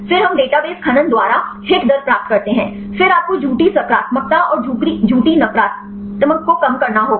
फिर हम डेटाबेस खनन द्वारा हिट दर प्राप्त करते हैं फिर आपको झूठी सकारात्मकता और झूठी नकारात्मक को कम करना होगा